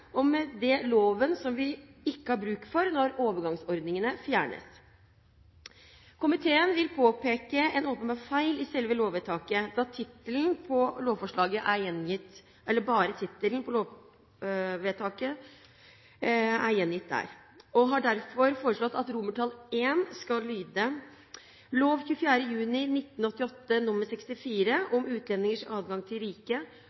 og Romania, og med det loven som vi ikke har bruk for når overgangsordningene fjernes. Komiteen vil påpeke en åpenbar feil i selve lovvedtaket, da kun tittelen på lovforslaget er gjengitt der, og har derfor foreslått at I skal lyde: «Lov 24. juni 1988 nr. 64 om utlendingers adgang til